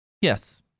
Yes